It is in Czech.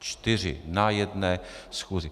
Čtyři na jedné schůzi.